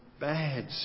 bad